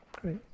Great